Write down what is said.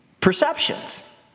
Perceptions